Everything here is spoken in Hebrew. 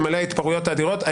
אילולא ההתפרעויות האדירות,